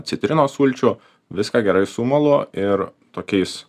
citrinos sulčių viską gerai sumalu ir tokiais